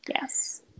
yes